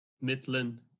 Midland